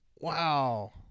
wow